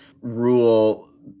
rule